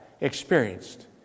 experienced